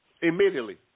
Immediately